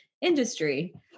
industry